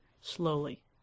slowly